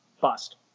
Bust